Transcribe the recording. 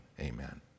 amen